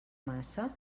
massa